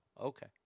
Okay